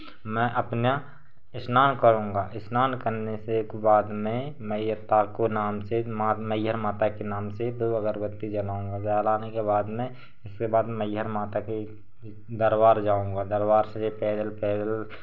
मैं अपना स्नान करूंगा स्नान करने से एक बाद में मैया ताको नाम से माँ मैहर माता के नाम से दो अगरबत्ती जलाऊँगा जलाने के बाद में उसके बाद मैहर माता के दरबार जाऊँगा दरबार से पैदल पैदल